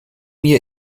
mir